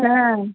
হ্যাঁ